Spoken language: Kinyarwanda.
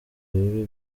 bibi